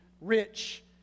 rich